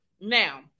now